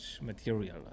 material